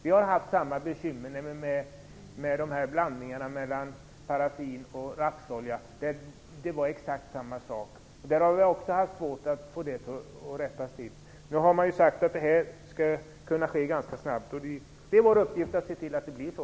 Vi har haft samma bekymmer med blandningarna mellan paraffin och rapsolja. Det var exakt samma sak. Vi har haft svårt att få det att rättas till också. Man har sagt att det skall kunna ske förändringar ganska snabbt. Det är vår uppgift att se till att det blir så.